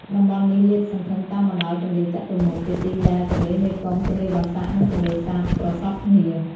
តំបន់នេះលាតសន្ធឹងតាមបណ្តោយទន្លេចតុមុខ ជាទីដែលទន្លេមេគង្គ ទន្លេបាសាក់ និងទន្លេសាបប្រសព្វគ្នា។